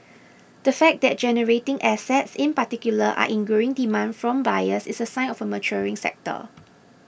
the fact that generating assets in particular are in growing demand from buyers is a sign of a maturing sector